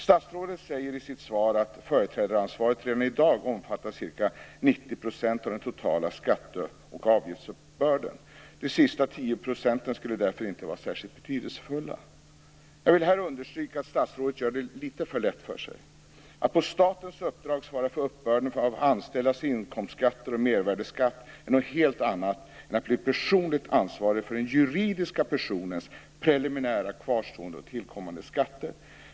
Statsrådet säger i sitt svar att företrädaransvaret redan i dag omfattar ca 90 % av den totala skatte och avgiftsuppbörden. De sista tio procenten skulle därför inte vara särskilt betydelsefulla. Jag vill här understryka att statsrådet gör det litet för lätt för sig. Att på statens uppdrag svara för uppbörden av anställdas inkomstskatter och mervärdesskatt är något helt annat än att bli personligt ansvarig för den juridiska personens preliminära kvarstående och tillkommande skatter.